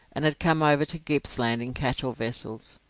and had come over to gippsland in cattle vessels.